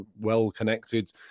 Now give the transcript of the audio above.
well-connected